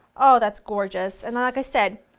oh that's gorgeous, and like i said,